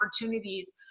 opportunities